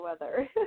weather